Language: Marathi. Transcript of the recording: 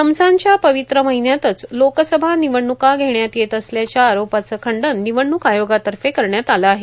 रमजानच्या पवित्र महिन्यातच लोकसभा निवडण्का घेण्यात येत असल्याच्या आरोपांचं खंडन निवडणूक आयोगातर्फे करण्यात आलं आहे